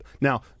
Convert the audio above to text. now